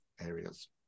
areas